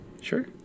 Sure